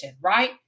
right